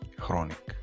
chronic